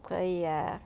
可以 ah